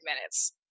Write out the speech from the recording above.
minutes